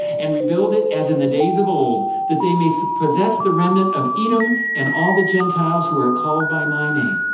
and rebuild it as in the days of old that they may so possess the remnant of edom. and all the gentiles who are called by my name.